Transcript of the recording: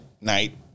night